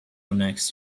next